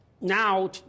now